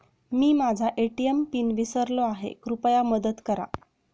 मी माझा ATM pin विसरलो आहे, कृपया मदत करा